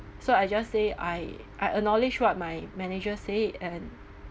so I just say I I acknowledge what my manager say and